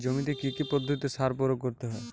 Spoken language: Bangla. জমিতে কী কী পদ্ধতিতে সার প্রয়োগ করতে হয়?